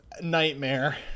nightmare